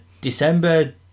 December